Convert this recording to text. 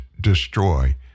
destroy